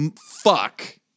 Fuck